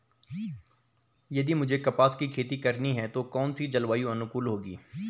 यदि मुझे कपास की खेती करनी है तो कौन इसी जलवायु अनुकूल होगी?